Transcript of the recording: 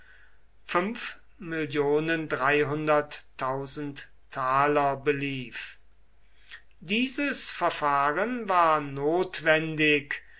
mill sesterzen belief dieses verfahren war notwendig